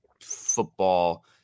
football